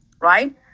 right